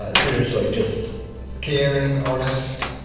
ah seriously, just caring, honest,